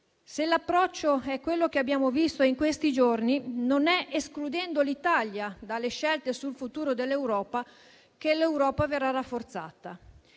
Se l'approccio è quello che abbiamo visto in questi giorni, non è escludendo l'Italia dalle scelte sul futuro dell'Europa che l'Europa verrà rafforzata.